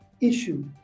issue